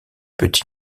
peut